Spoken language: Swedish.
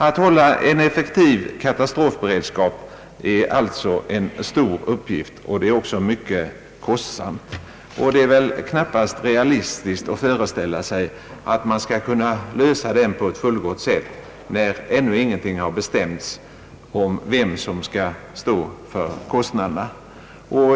Att hålla en effektiv katastrofberedskap är alltså en viktig uppgift och en kostsam affär. Det är väl knappast realistiskt att föreställa sig att man skall kunna lösa problemet på ett fullgott sätt, när ännu ingenting har bestämts om vem som skall stå för kostnaderna.